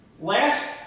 Last